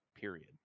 period